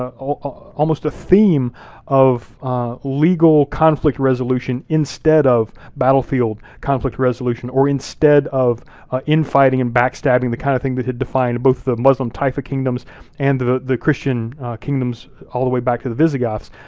ah ah almost a theme of legal conflict resolution, instead of battlefield conflict resolution, or instead of infighting and backstabbing, the kind of thing that had defined both the muslim taifa kingdoms and the the christian kingdoms all the way back to the visigoths,